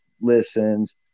listens